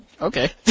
okay